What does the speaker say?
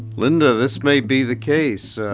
linda, this may be the case.